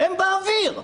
הם באוויר.